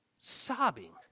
sobbing